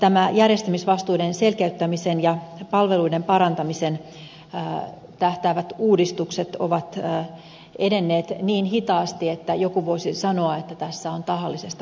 nämä järjestämisvastuiden selkeyttämiseen ja palveluiden parantamiseen tähtäävät uudistukset ovat edenneet niin hitaasti että joku voisi sanoa että tässä on tahallisesta viivyttämisestä ollut kyse